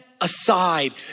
aside